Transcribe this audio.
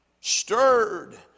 stirred